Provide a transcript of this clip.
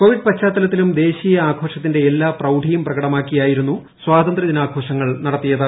Covid പശ്ചാത്തലത്തിലും ദേശീയ ആഘോഷത്തിന്റെ എല്ലാ പ്രൌഡിയും പ്രകടമാക്കിയായിരുന്നു സ്വാതന്ത്രൃദിനാഘോഷങ്ങൾ നടത്തിയത്